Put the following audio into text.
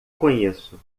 conheço